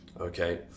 Okay